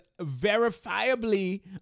verifiably